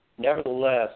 Nevertheless